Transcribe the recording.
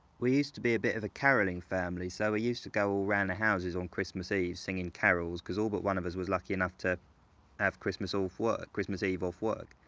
we used to be a bit of a caroling family, so we used to go all around the houses on christmas eve singing carols, because all but one of us was lucky enough to have christmas off work, christmas eve off work,